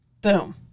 boom